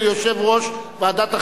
יושב-ראש ועדת החינוך.